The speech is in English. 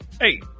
Hey